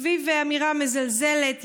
סביב אמירה מזלזלת,